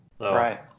Right